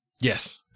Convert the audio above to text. Yes